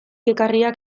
ekarriak